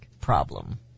problem